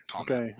Okay